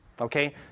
okay